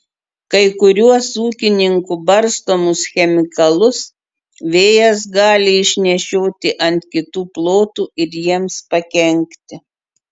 kai kuriuos ūkininkų barstomus chemikalus vėjas gali išnešioti ant kitų plotų ir jiems pakenkti